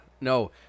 No